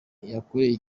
bakoreye